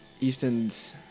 Easton's